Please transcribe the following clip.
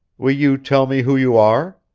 will you tell me who you are?